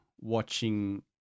watching